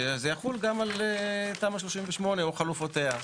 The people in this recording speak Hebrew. שזה יחול גם על תמ"א 38 או חלופותיה.